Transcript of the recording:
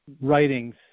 writings